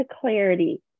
clarity